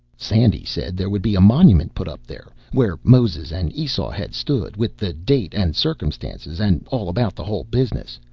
sandy said there would be a monument put up there, where moses and esau had stood, with the date and circumstances, and all about the whole business,